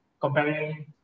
comparing